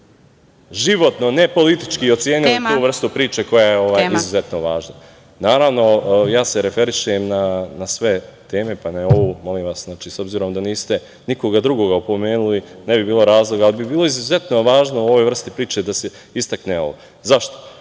životno, ne politički, ocenili tu vrste priče koja je izuzetno važna.(Predsedavajuća: Tema.)Naravno, ja se referišem na sve teme, pa i na ovu. Molim vas, s obzirom da niste nikoga drugoga opomenuli, ne bi bilo razloga, ali bi bilo izuzetno važno u ovoj vrsti priče da se istakne ovo. Zašto?